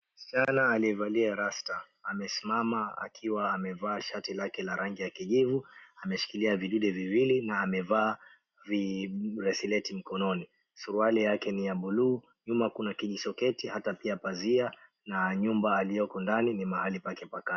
Msichana aliyevalia rasta amesimama akiwa amevaa shati lake la rangi ya kijivu, ameshikilia vidude viwili na amevaa bracelet mkononi. Suruali yake ni ya buluu. Nyuma kuna kijishoketi hata pia pazia na nyumba alioko ndani ni mahali pake pa kazi.